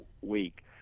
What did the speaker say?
week